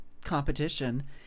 competition